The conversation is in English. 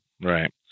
right